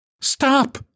Stop